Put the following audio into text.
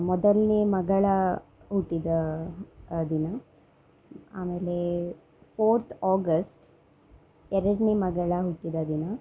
ಮೊದಲನೇ ಮಗಳ ಹುಟ್ಟಿದ ದಿನ ಆಮೇಲೆ ಫೋರ್ತ್ ಆಗಸ್ಟ್ ಎರಡನೇ ಮಗಳ ಹುಟ್ಟಿದ ದಿನ